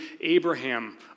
Abraham